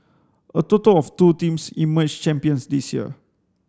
a total of two teams emerged champions this year